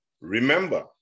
Remember